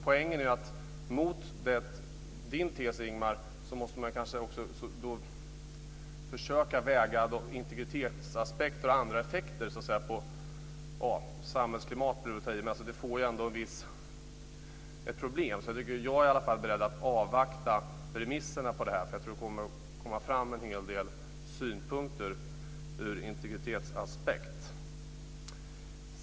Poängen är att mot Ingemar Vänerlövs tes måste man kanske också försöka väga integritetsaspekter och andra effekter. Att säga att det blir effekter på samhällsklimatet är att ta i, men det blir problem. Jag är i alla fall beredd att avvakta remisserna på det här, för jag tror att det kommer fram en hel del synpunkter ur integritetsaspekt.